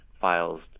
files